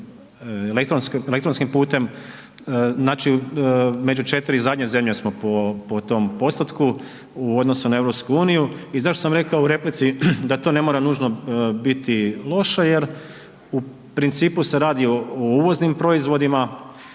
elektronskim putem, znači među 4 zadnje zemlje smo po, po tom postotku u odnosu na EU. I zašto sam rekao u replici da to ne mora nužno biti loše jer u principu se radi o uvoznim proizvodima